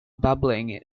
babbling